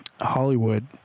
Hollywood